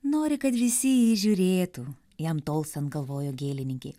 nori kad visi į jį žiūrėtų jam tolstant galvojo gėlininkė